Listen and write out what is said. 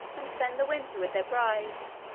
and spend the winter with their brides,